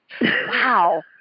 Wow